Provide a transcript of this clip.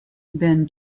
been